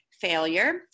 failure